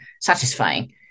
satisfying